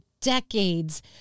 decades